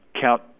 count